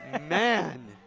Man